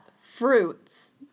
fruits